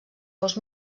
aus